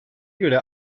göre